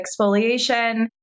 exfoliation